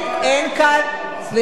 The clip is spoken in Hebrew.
אין כאן, סליחה.